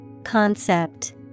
Concept